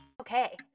Okay